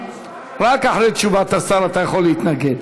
רק אחרי תשובת השר אתה יכול להתנגד.